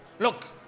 Look